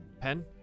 Pen